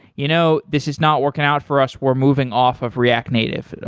you know this is not working out for us. we're moving off of react native,